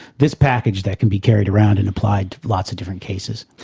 this package that can be carried around and applied to lots of different cases.